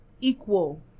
equal